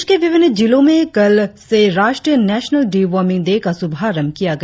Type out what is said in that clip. प्रदेश के विभिन्न जिलों में कल राष्ट्रीय नेशनल डी वर्मिंग डे का शुभारंभ किया गया